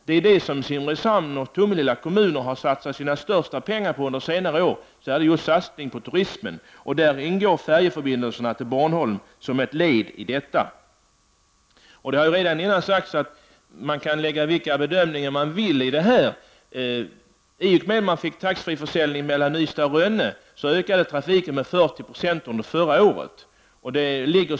Det är turism som Simrishamn och Tomelilla kommuner har satsat sina största pengar på under senare år. Färjeförbindelsen till Bornholm är ett led i denna satsning. Man får lägga vilka bedömningar man vill på denna fråga, men i och med att man fick taxfree-försäljning mellan Ystad och Rönne ökade trafiken med 40 96 förra året.